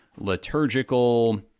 liturgical